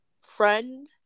friend